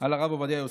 על הרב עובדיה יוסף,